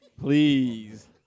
Please